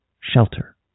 shelter